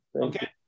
Okay